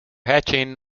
hatching